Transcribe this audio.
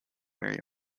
mary